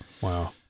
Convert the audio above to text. Wow